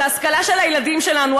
זה השכלה של הילדים שלנו.